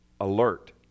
alert